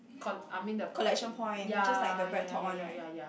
col~ I'm mean the th~ ya ya ya ya ya ya